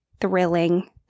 thrilling